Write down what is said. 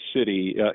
city